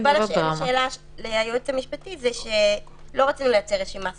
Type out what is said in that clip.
התשובה לשאלה של הייעוץ המשפטי היא שלא רצינו לייצר רשימה סגורה.